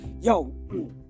Yo